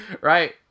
right